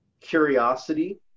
curiosity